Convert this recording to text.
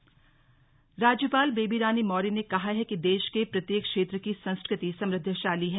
राज्यपाल भेंट राज्यपाल बेबी रानी मौर्य ने कहा है कि देश के प्रत्येक क्षेत्र की संस्कृति समृद्वशाली है